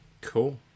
cool